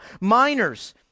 minors